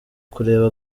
kureba